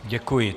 Děkuji.